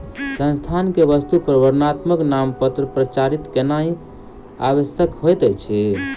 संस्थान के वस्तु पर वर्णात्मक नामपत्र प्रचारित केनाई आवश्यक होइत अछि